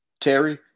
Terry